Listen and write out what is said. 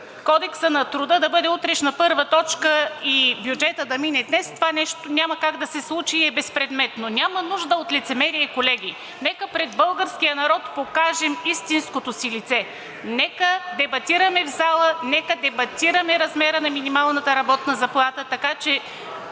Кодексът на труда да бъде утрешна първа точка и бюджетът да мине днес, това нещо няма как да се случи и е безпредметно. Няма нужда от лицемерие, колеги. Нека пред българския народ покажем истинското си лице. Нека дебатираме в залата, нека дебатираме размера на минималната работна заплата, така че